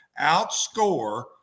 outscore